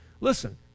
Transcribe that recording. Listen